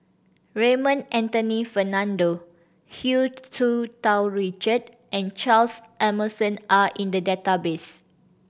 Raymond Anthony Fernando Hu Tsu Tau Richard and Charles Emmerson are in the database